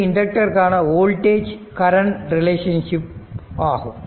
இது இண்டக்டர்காண voltage current relationship ஆகும்